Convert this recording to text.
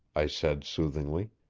i said soothingly.